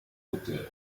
auteurs